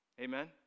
Amen